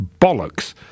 bollocks